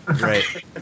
Right